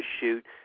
shoot